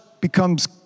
becomes